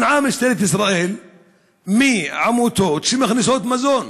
מנעה משטרת ישראל מעמותות שמכניסות מזון,